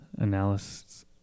Analysts